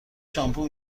شامپو